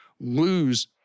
lose